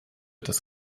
das